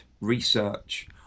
research